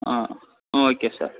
ஆ ஆ okay sir